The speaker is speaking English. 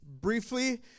Briefly